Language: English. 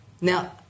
Now